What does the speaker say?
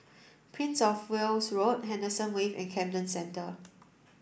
Princess Of Wales Road Henderson Wave and Camden Centre